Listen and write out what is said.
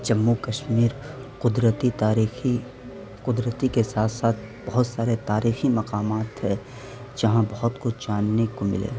جموں کشمیر قدرتی تاریخی قدرتی کے ساتھ ساتھ بہت سارے تاریخی مقامات ہیں جہاں بہت کچھ جاننے کو ملے